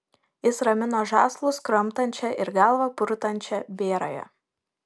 jis ramino žąslus kramtančią ir galvą purtančią bėrąją